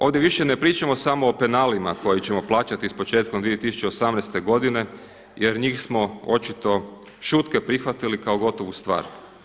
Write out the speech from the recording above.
Ovdje više ne pričamo samo o penalima koje ćemo plaćati početkom 2018. godine jer njih smo očito šutke prihvatili kao gotovu stvar.